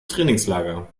trainingslager